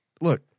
look